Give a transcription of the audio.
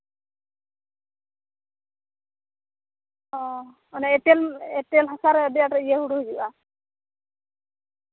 ᱚᱻ ᱚᱱᱮ ᱮᱸᱴᱮᱞ ᱤᱭᱟᱹ ᱮᱸᱴᱮᱞ ᱦᱟᱥᱟ ᱨᱮ ᱟᱹᱰᱤ ᱟᱸᱴ ᱦᱩᱲᱩ ᱦᱩᱭᱩᱜᱼᱟ